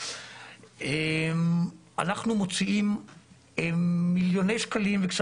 אנחנו מקווים שעד אז גם נוכל להוציא את ה-CBD מפקודת